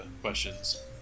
questions